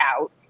out